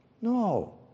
No